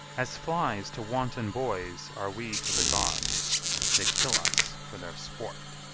as flies to wanton boys are we to the gods they kill us for their sport.